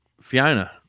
Fiona